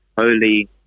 holy